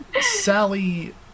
Sally